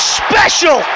special